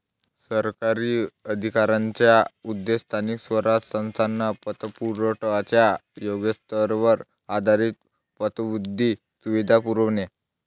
सरकारी अधिकाऱ्यांचा उद्देश स्थानिक स्वराज्य संस्थांना पतपुरवठ्याच्या योग्यतेवर आधारित पतवृद्धी सुविधा पुरवणे